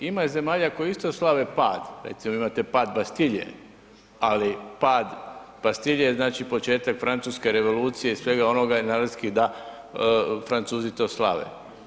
Ima i zemalja koje isto slave pad, recimo imate pad Bastille ali pad Bastille je znači početak Francuske revolucije i svega onoga je narodski da Francuzi to slave.